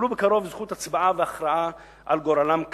יקבלו בקרוב זכות הצבעה והכרעה על גורלם כאן.